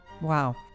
Wow